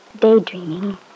daydreaming